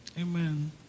Amen